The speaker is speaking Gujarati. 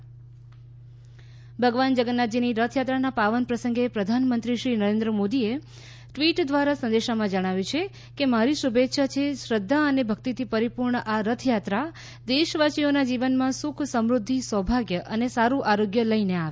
પ્રધાનમંત્રી ગૃહ્મંત્રી રથયાત્રા ટ્વીટ ભગવાન જગન્નાથજીની રથયાત્રાના પાવન પ્રસંગે પ્રધાનમંત્રી શ્રી નરેન્ર મોદીએ ટ્વીટ દ્વારા સંદેશામાં જણાવ્યું છે કે મારી શુભેચ્છા છે કે શ્રધ્ધા અને ભક્તિથી પરિપૂર્ણ આ રથયાત્રા દેશવાસીઓના જીવનમાં સુખ સમૃધ્યિ સૌભાગ્ય અને સારૂ આરોગ્ય લઇને આવે